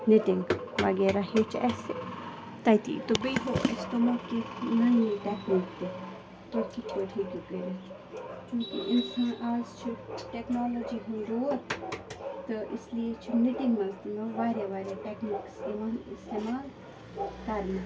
knitting وغیرہ ہیٚوچھ اسہِ تَتی تہٕ بیٚیہِ ہوٗو اسہِ تٕمو کیٚنٛہہ نیہِ نیہِ ٹیٚکنیک تُہۍ کِتھ پٲٹھۍ ہیٚکِو کٔرِتھ چوٗنٛکہِ اِنسان آز چھِ ٹیٚکالٔجی ہُنٛد دوٗر تہٕ اِس لیے چھِ نِٹِنٛگ منٛز تہِ یِوان واریاہ واریاہ ٹیٚکنیٖکٕس یِوان اِستعمال کَرنہٕ